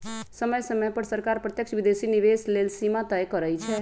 समय समय पर सरकार प्रत्यक्ष विदेशी निवेश लेल सीमा तय करइ छै